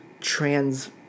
trans